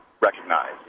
recognize